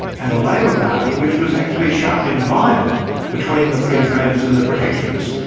and a labor party which was actually sharply divided between the free traders and the protectionists.